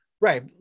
right